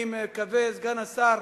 אני מקווה, סגן השר,